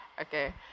okay